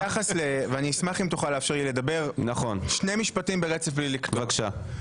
אני אשמח אם תוכל לאפשר לי לדבר שני משפטים ברצף בלי לקטוע אותי.